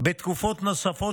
בתקופות נוספות,